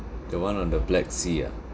the one on the black sea ah